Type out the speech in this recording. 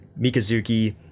Mikazuki